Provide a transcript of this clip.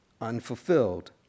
unfulfilled